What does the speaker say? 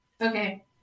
okay